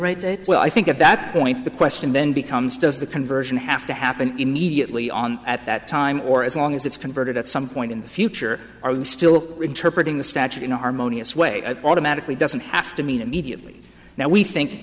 right that well i think at that point the question then becomes does the conversion have to happen immediately on at that time or as long as it's converted at some point in the future are we still interpret in the statute in a harmonious way automatically doesn't have to mean immediately now we think